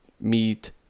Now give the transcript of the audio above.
meat